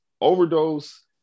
overdose